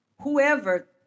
whoever